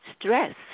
stress